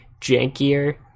jankier